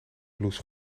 blouse